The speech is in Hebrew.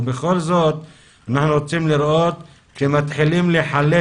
ובכל זאת אנחנו רוצים לראות שמתחילים לחלק